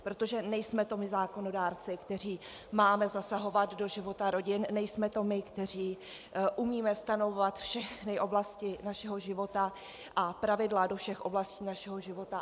Protože nejsme to my zákonodárci, kteří máme zasahovat do života rodin, nejsme to my, kteří umíme stanovovat všechny oblasti našeho života a pravidla do všech oblastí našeho života.